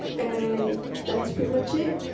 and that's pretty much it.